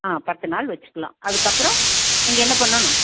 ஆ பத்து நாள் வச்சுக்கலாம் அதுக்கப்புறம் நீங்கள் என்ன பண்ணனும்